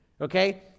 okay